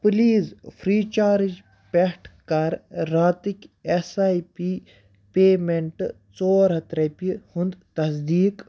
please free charge پٮ۪ٹھ کَر راتٕکۍ اٮ۪س آی پی پیمٮ۪نٹ ژور ہَتھ رۄپیہِ ہُنٛد تصدیٖق